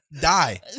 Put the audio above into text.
Die